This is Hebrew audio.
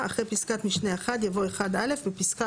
פסקת משנה (1) יבוא: "(1א) בפסקה